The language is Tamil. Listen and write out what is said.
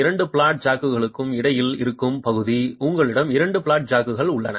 இரண்டு பிளாட் ஜாக்குகளுக்கு இடையில் இருக்கும் பகுதி உங்களிடம் இரண்டு பிளாட் ஜாக்குகள் உள்ளன